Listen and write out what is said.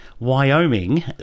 Wyoming